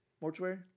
Mortuary